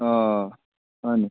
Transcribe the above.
অঁ হয় নেকি